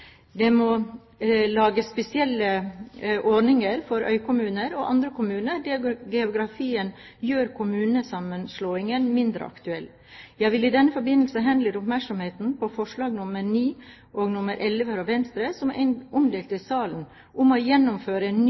Det må lages spesielle ordninger for øykommuner og andre kommuner der geografi gjør kommunesammenslåing mindre aktuelt. Jeg vil i denne forbindelse henlede oppmerksomheten på forslagene nr. 9 og nr. 11 fra Venstre, som er omdelt i salen, om henholdsvis å gjennomføre en ny